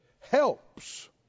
helps